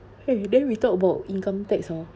!hey! then we talk about income tax hor